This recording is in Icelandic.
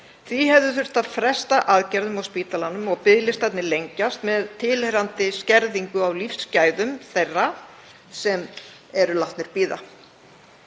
Því hefur þurft að fresta aðgerðum á spítalanum og biðlistarnir lengjast með tilheyrandi skerðingu á lífsgæðum þeirra sem eru látnir bíða.